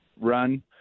run